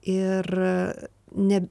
ir ne